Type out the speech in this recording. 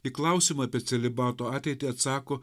į klausimą apie celibato ateitį atsako